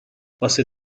واسه